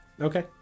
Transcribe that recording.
Okay